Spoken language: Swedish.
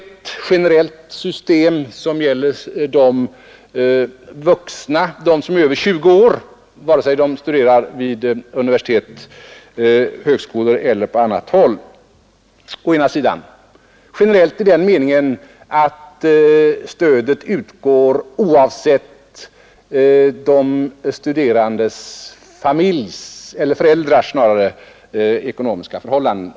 Vi har ett generellt system, som gäller vuxna över 20 år vare sig de studerar vid universitet, högskolor eller på annat håll — generellt i den meningen att stödet utgår oavsett vilka ekonomiska förhållanden vederbörandes föräldrar har.